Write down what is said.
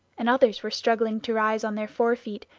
and others were struggling to rise on their fore feet,